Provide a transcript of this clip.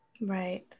Right